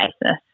basis